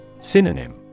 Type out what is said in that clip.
Synonym